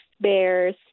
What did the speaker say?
bears